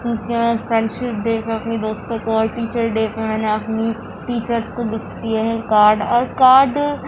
ٹھیک ہے friendship day پہ اپنی دوستوں کو اور ٹیچر ڈے پہ میں نے اپنی ٹیچرس کو گفٹ کیے ہیں کارڈ اور کارڈ